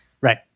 right